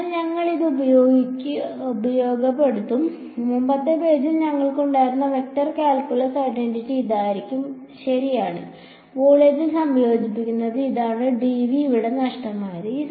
അതിനാൽ ഞങ്ങൾ ഇത് ഉപയോഗപ്പെടുത്തും മുമ്പത്തെ പേജിൽ ഞങ്ങൾക്കുണ്ടായിരുന്ന വെക്റ്റർ കാൽക്കുലസ് ഐഡന്റിറ്റി ഇതായിരുന്നു ശരിയാണ് വോളിയത്തിൽ സംയോജിപ്പിച്ചത് ഇതാണ് ഡിവി ഇവിടെ നഷ്ടമായത്